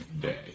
day